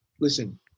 listen